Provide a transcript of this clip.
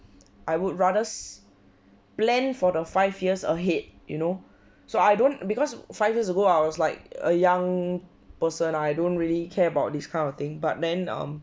I would rathers plan for the five years ahead you know so I don't because five years ago I was like a young person I don't really care about these kind of thing but then um